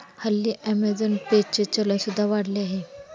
हल्ली Amazon Pay चे चलन सुद्धा वाढले आहे